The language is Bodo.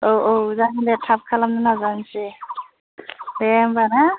औ औ जागोन दे थाब खालामनो नाजानोसै दे होम्बा ना